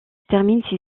termine